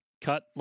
Cut